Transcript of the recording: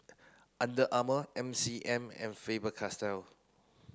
Under Armour M C M and Faber Castell